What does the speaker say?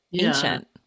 ancient